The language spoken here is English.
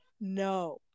No